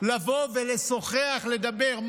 לבוא ולשוחח, לדבר?